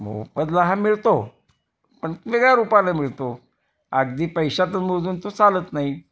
मोबदला हा मिळतो पण वेगळ्या रुपानं मिळतो अगदी पैशातून मोजून तो चालत नाही